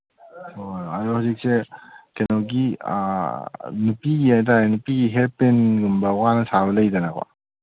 ꯑꯥ ꯍꯧꯖꯤꯛꯁꯦ ꯀꯩꯅꯣꯒꯤ ꯅꯨꯄꯤꯒꯤ ꯍꯥꯏ ꯇꯥꯔꯦꯅꯦ ꯅꯨꯄꯤꯒꯤ ꯍꯤꯌꯔ ꯄꯤꯟꯒꯨꯝꯕ ꯋꯥꯅ ꯁꯥꯕ ꯂꯩꯗꯅ